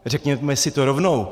Řekněme si to rovnou.